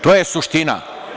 To je suština.